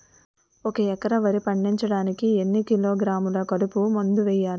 ఒక ఎకర వరి పండించటానికి ఎన్ని కిలోగ్రాములు కలుపు మందు వేయాలి?